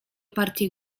partie